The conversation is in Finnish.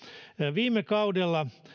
viime kaudella